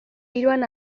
hiruan